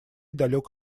далек